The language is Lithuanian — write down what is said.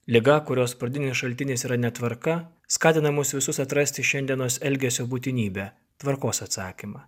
liga kurios pradinis šaltinis yra netvarka skatina mus visus atrasti šiandienos elgesio būtinybę tvarkos atsakymą